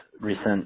recent